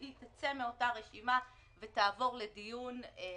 היא תצא מאותה רשימה ותעבור לדיון בנפרד.